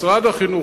משרד החינוך,